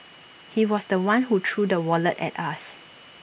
he was The One who threw the wallet at us